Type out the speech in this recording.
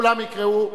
כולם יקראו.